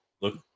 Look